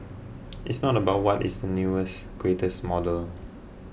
it's not about what is the newest greatest model